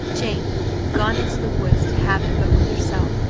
jane gone into the woods to have it but with herself.